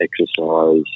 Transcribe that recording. Exercise